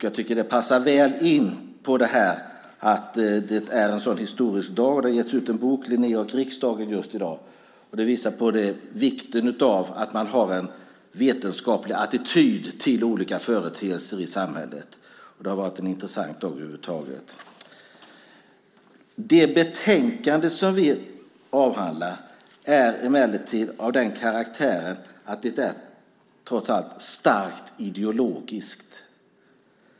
Jag tycker att det passar väl in på det här att det är en sådan historisk dag. Det har getts ut en bok, Linné och riksdagen , just i dag. Det visar på vikten av att man har en vetenskaplig attityd till olika företeelser i samhället. Det har varit en intressant dag över huvud taget. Det betänkande som vi avhandlar är emellertid av den karaktären att det trots allt är starkt ideologiskt.